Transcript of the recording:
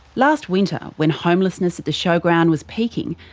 last winter, when homelessness at the showground was peaking,